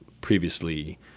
previously